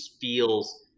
feels